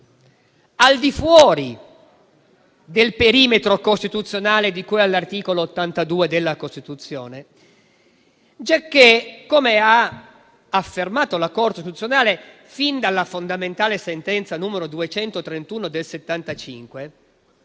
al di fuori del perimetro costituzionale di cui all'articolo 82 della Costituzione. Come ha infatti affermato la Corte costituzionale già dalla fondamentale sentenza n. 231 del 1975,